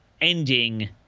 ending